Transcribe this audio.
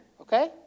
okay